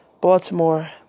Baltimore